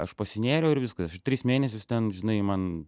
aš pasinėriau ir viskas š tris mėnesius ten žinai man